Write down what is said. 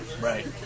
Right